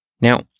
Now